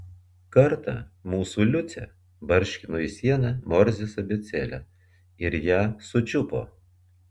kartą mūsų liucė barškino į sieną morzės abėcėle ir ją sučiupo